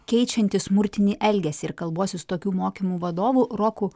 keičiantys smurtinį elgesį ir kalbuosi su tokių mokymų vadovu roku